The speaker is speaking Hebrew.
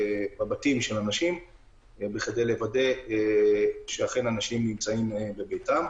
בבתים של האנשים כדי לוודא שאנשים נמצאים בביתם.